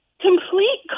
Complete